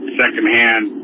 secondhand